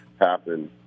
happen